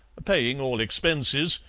paying all expenses,